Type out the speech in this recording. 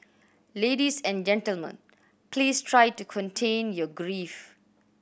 ladies and gentlemen please try to contain your grief